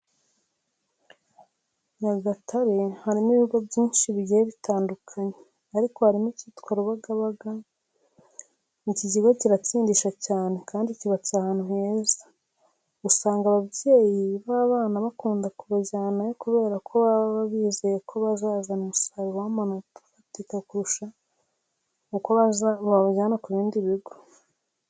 Nyagatare harimo ibigo byinshi bigiye bitandukanye ariko harimo icyitwa Rubagabaga. Iki kigo kiratsindisha cyane kandi cyubatse ahantu heza. Usanga ababyeyi b'abana bakunda kubajyanayo kubera ko baba bizeye ko bazazana umusaruro w'amanota ufatika kurusha uko babajyana mu bindi bigo.